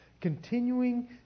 continuing